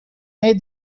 made